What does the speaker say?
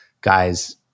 guys